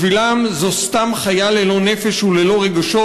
בשבילם זו סתם חיה ללא נפש וללא רגשות,